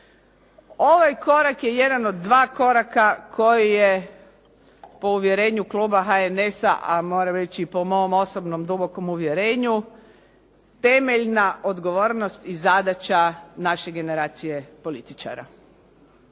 Ovaj korak je jedan od dva koraka koji je po uvjerenju Kluba HNS-a a moram reći i po mom osobnom dubokom uvjerenju temeljna odgovornost i zadaća naše generacije političara.